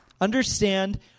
understand